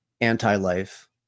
anti-life